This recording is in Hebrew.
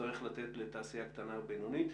יצטרך להינתן לתעשייה קטנה או בינונית.